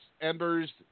Ember's